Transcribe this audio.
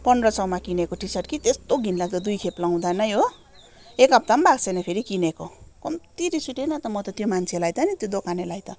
पन्ध्र सौमा किनेको टी सर्ट कि त्यस्तो घिनलाग्दो दुईखेप लगाउँदा नै हो एक हप्ता पनि भएको छैन फेरि किनेको कम्ती रिस उठेन त म त त्यो मान्छेलाई त नि त्यो दोकानेलाई त